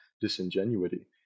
disingenuity